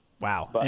wow